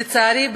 לצערי,